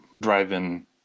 drive-in